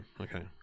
okay